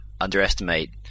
underestimate